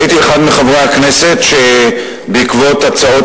הייתי אחד מחברי הכנסת שבעקבות הצעות